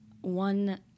one